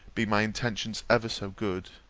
be my intentions ever so good.